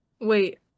Wait